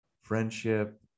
friendship